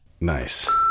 Nice